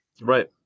Right